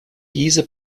diese